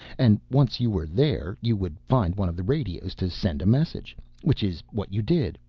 and once you were there you would find one of the radios to send a message. which is what you did.